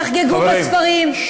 חברים.